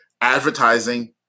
advertising